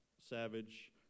savage